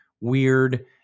weird